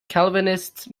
calvinist